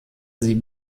sie